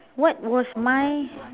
what was my